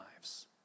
lives